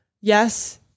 yes